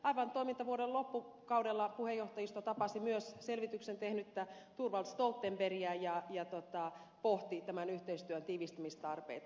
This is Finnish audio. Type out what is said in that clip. aivan toimintavuoden loppukaudella puheenjohtajisto tapasi myös selvityksen tehnyttä thorvald stoltenbergia ja pohti tämän yhteistyön tiivistämistarpeita